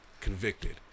convicted